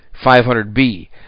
500B